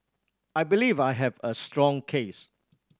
I believe I have a strong case